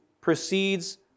proceeds